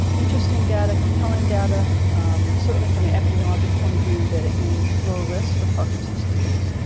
interesting data, compelling data certainly from an epidemiologic point of view that it may lower risk for parkinson's disease.